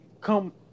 Come